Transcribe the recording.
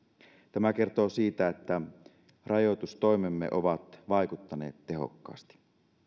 tämä kertoo siitä että rajoitustoimemme ovat vaikuttaneet tehokkaasti